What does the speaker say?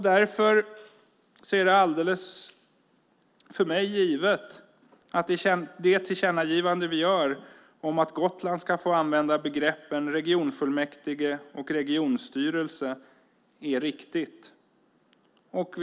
Därför är det för mig alldeles givet att det tillkännagivande vi gör om att Gotland ska få använda begreppen regionfullmäktige och regionstyrelse är riktigt.